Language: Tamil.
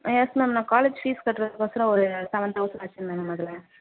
ஆ யெஸ் மேம் நான் காலேஜ் ஃபீஸ் கட்டுறதுக்கு ஒசரம் ஒரு செவன் தௌசண்ட் வச்சிருந்தேன் மேம் அதில்